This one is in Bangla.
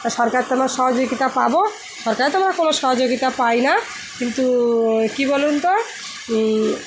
সরকার তোমার সহযোগিতা পাব সরকার তোমার কোনো সহযোগিতা পায় না কিন্তু কী বলুন তো